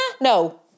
no